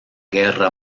guerra